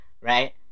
Right